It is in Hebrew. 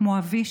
כמו אבי,